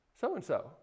so-and-so